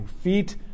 feet